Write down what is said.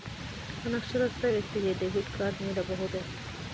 ಅನಕ್ಷರಸ್ಥ ವ್ಯಕ್ತಿಗೆ debit card ನೀಡಬಹುದೇ?